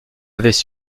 avaient